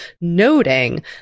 noting